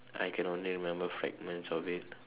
I can only remember fragments of it